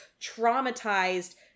traumatized